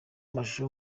mashusho